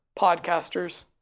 podcasters